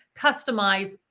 customize